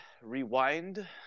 rewind